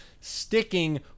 sticking